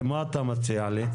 מה אתה מציע לי?